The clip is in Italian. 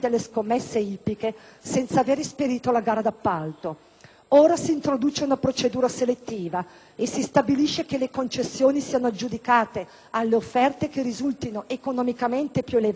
Ora si introduce una procedura selettiva e si stabilisce che le concessioni siano aggiudicate alle offerte che risultino economicamente più elevate rispetto ad una base minima di 85.000 euro